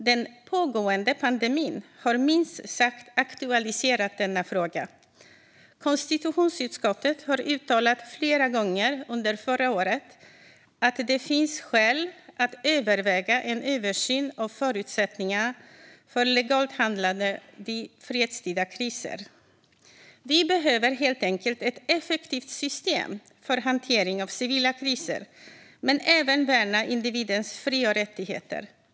Den pågående pandemin har minst sagt aktualiserat denna fråga. Konstitutionsutskottet uttalade flera gånger under förra året att det finns skäl att överväga en översyn av förutsättningarna för legalt handlande vid fredstida kriser. Vi behöver helt enkelt ett effektivt system för hantering av civila kriser, men vi behöver även värna individens fri och rättigheter.